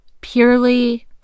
purely